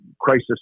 Crisis